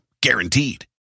guaranteed